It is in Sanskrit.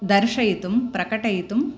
दर्शयितुं प्रकटयितुं